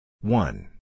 one